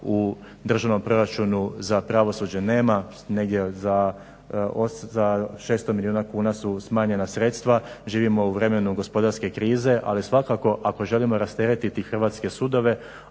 u državnom proračunu za pravosuđe nema. Negdje za 600 milijuna kuna su smanjena sredstva. Živimo u vremenu gospodarske krize, ali svakako ako želimo rasteretiti hrvatske sudove